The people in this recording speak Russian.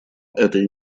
этой